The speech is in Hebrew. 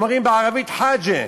אומרים בערבית "חאג'ה",